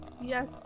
Yes